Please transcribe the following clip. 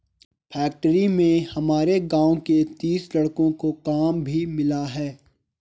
factory में हमारे गांव के तीस लड़कों को काम भी मिला है